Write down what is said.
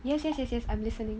yes yes yes yes I'm listening